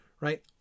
right